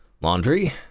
laundry